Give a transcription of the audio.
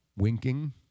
winking